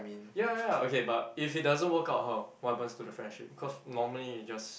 ya ya ya okay but if it doesn't work out how what happens to the friendship cause normally you just